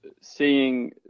seeing